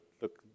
look